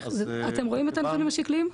אתם רואים את הנתונים השקליים?